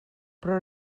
però